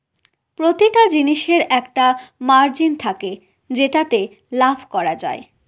প্রতিটা জিনিসের একটা মার্জিন থাকে যেটাতে লাভ করা যায়